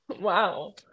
Wow